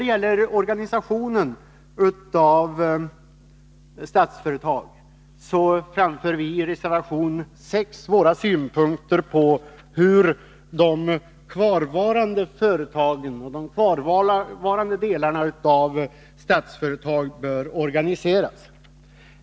Beträffande organisationen av Statsföretag framför vi i reservation 6 våra synpunkter på hur de kvarvarande delarna av Statsföretag bör organiseras.